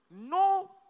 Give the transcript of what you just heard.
No